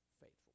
faithful